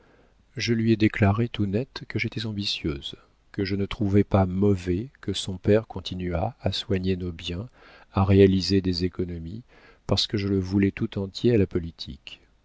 je lui ai déclaré tout net que j'étais ambitieuse que je ne trouvais pas mauvais que son père continuât à soigner nos biens à réaliser des économies parce que je le voulais tout entier à la politique